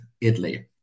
Italy